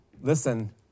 Listen